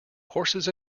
horses